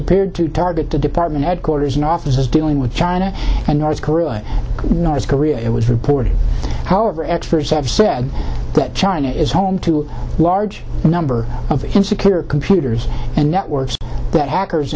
appeared to target the department headquarters and offices dealing with china and north korea and north korea it was reported however experts have said that china is home to a large number of him secure computers and networks that hackers